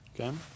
Okay